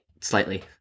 slightly